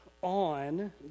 on